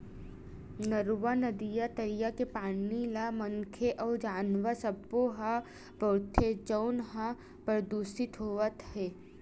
नरूवा, नदिया, तरिया के पानी ल मनखे अउ जानवर सब्बो ह बउरथे जउन ह परदूसित होवत हे